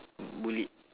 bullied